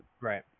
right